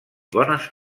bones